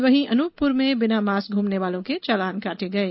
वहीं अनूपपुर में बिना मास्क घूमने वालों के चालान काटे गये